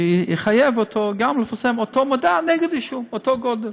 לחייב אותו גם לפרסם מודעה נגד עישון, באותו גודל,